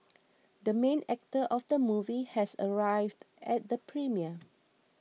the main actor of the movie has arrived at the premiere